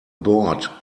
board